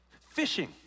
fishing